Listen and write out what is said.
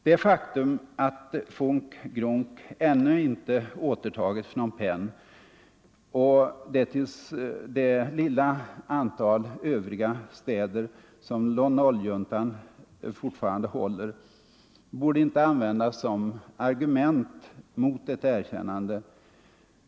Det faktum att FUNK-GRUNC ännu inte återtagit Phnom Penh och det lilla antal övriga städer som Lon Nol-juntan fortfarande håller får inte användas som argument mot ett erkännande.